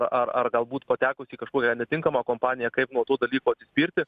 ar ar galbūt patekote į kažkokią netinkamą kompaniją kaip nuo to dalyko atsispirti